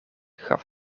gaf